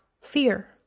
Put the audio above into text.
fear